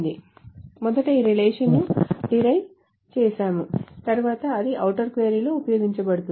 మొదట ఈ రిలేషన్ ను డిరైవ్ చెసాము తర్వాత అది ఔటర్ క్వరీ లో ఉపయోగించబడుతుంది